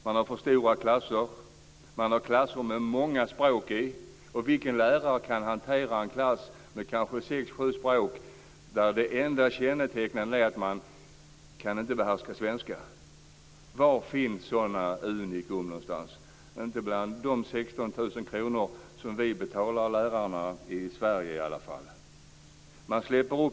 Det är för stora klasser och klasser med många språk. Vilken lärare kan hantera en klass med kanske sex eller sju språk, där det enda gemensamma kännetecknet är att man inte behärskar svenska språket? Hur finner man sådana exceptionella talanger? I varje fall inte genom att ge dem löner på 16 000-17 000 kr i månaden, som vi i dag betalar lärarna i Sverige.